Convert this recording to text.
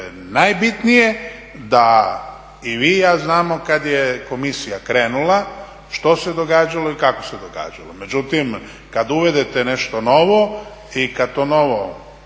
najbitnije da i vi i ja znamo kad je komisija krenula što se događalo i kako se događalo. Međutim, kad uvedete nešto novo i kad to novo